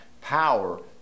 power